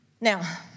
Now